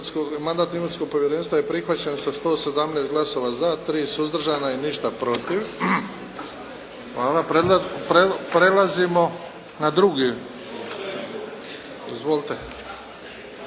mandatno-imunitetskog povjerenstva je prihvaćen sa 117 glasova za, 3 suzdržana i ništa protiv. Hvala. **Bebić,